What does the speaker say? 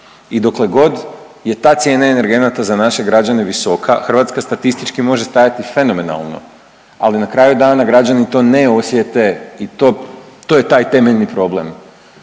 i dokle god je ta cijena energenata za naše građane visoka Hrvatska statistički može stajati fenomenalno, ali na kraju dana građani to ne osjete i to je taj temeljni problem.